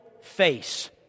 face